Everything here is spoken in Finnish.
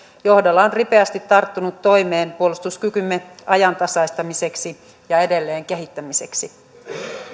johdolla on ripeästi tarttunut toimeen puolustuskykymme ajantasaistamiseksi ja edelleen kehittämiseksi